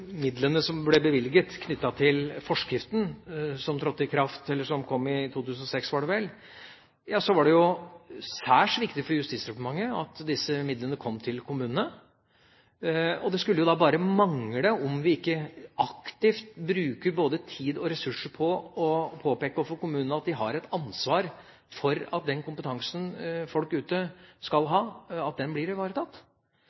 midlene som ble bevilget knyttet til forskriften som kom i 2006, var det vel, var det særs viktig for Justisdepartementet at disse midlene kom til kommunene. Det skulle bare mangle om vi ikke aktivt bruker både tid og ressurser på å påpeke overfor kommunene at de har et ansvar for at den kompetansen folk ute skal